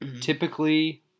Typically